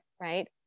right